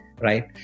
right